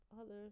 others